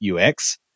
UX